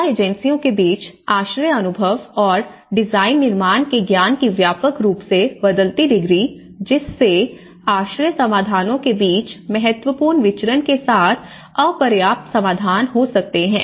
सहायता एजेंसियों के बीच आश्रय अनुभव और डिजाइन निर्माण के ज्ञान की व्यापक रूप से बदलती डिग्री जिससे आश्रय समाधानों के बीच महत्वपूर्ण विचरण के साथ अपर्याप्त समाधान हो सकते हैं